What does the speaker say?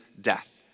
death